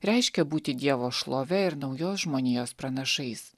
reiškia būti dievo šlove ir naujos žmonijos pranašais